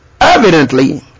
Evidently